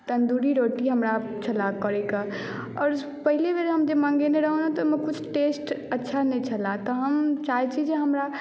तन्दूरी रोटी हमरा छले करयके आओर पहिले बेर जे मङ्गेने रहहुँ ने तऽ ओहिमे कुछ टेस्ट अच्छा नहि छले तऽ हम चाहैत छी जे हमरा